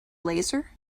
laser